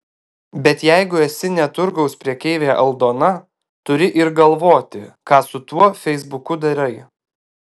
bet jeigu esi ne turgaus prekeivė aldona turi ir galvoti ką su tuo feisbuku darai